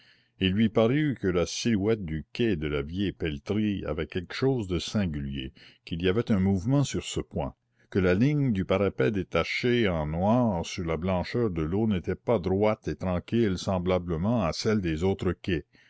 il lui parut que la silhouette du quai de la vieille pelleterie avait quelque chose de singulier qu'il y avait un mouvement sur ce point que la ligne du parapet détachée en noir sur la blancheur de l'eau n'était pas droite et tranquille semblablement à celle des autres quais